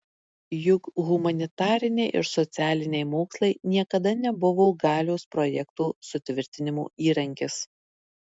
juk humanitariniai ir socialiniai mokslai niekada nebuvo galios projekto sutvirtinimo įrankis